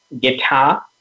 guitar